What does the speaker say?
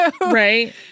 Right